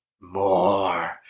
more